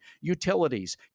utilities